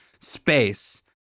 space